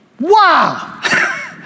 Wow